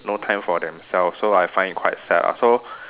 no time for themselves so I find it quite sad ah so